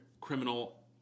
criminal